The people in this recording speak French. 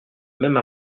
même